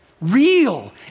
real